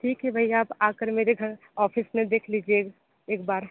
ठीक है भैया आप आ कर मेरे घर ऑफिस में देख लीजिए एक बार